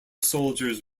soldiers